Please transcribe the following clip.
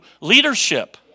leadership